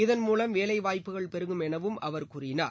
இதன் மூலம் வேலைவாய்ப்புகள் பெருகும் எனவும் அவர் கூறினார்